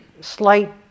slight